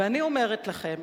ואני אומרת לכם